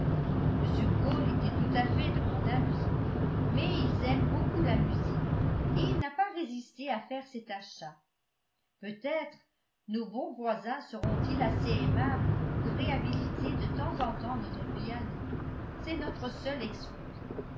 m cole était tout à fait de mon avis mais il aime beaucoup la musique et il n'a pas résisté à faire cet achat peut-être nos bons voisins seront-ils assez aimables pour réhabiliter de temps en temps notre piano c'est notre seule excuse